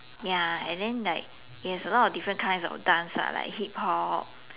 ya and then like it has a lot of different kinds of dance lah like hip-hop